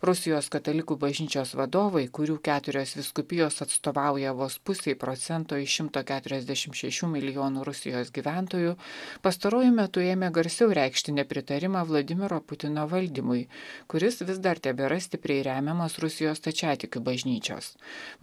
rusijos katalikų bažnyčios vadovai kurių keturios vyskupijos atstovauja vos pusei procento iš šimto keturiasdešimt šešių milijonų rusijos gyventojų pastaruoju metu ėmė garsiau reikšti nepritarimą vladimiro putino valdymui kuris vis dar tebėra stipriai remiamas rusijos stačiatikių bažnyčios